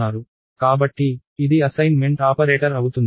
కాబట్టి ఇది assignment operator అవుతుంది